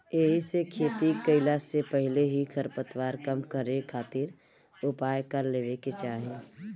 एहिसे खेती कईला से पहिले ही खरपतवार कम करे खातिर उपाय कर लेवे के चाही